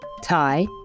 Thai